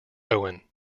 owen